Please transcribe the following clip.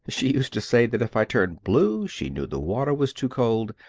she used to say that if i turned blue she knew the water was too cold,